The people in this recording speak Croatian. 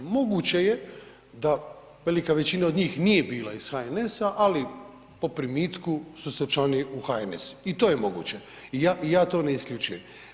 Moguće je da velika većina od njih nije bila iz HNS-a, ali po primitku su se učlanili u HNS i to je moguće i ja to ne isključujem.